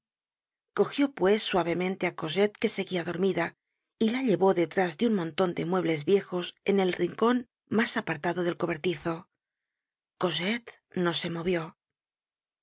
cogió pues suavemente á cosette que seguia dormida y la llevó detrás de un monton de muebles viejos en el rincon mas apartado del cobertizo cosette no se movió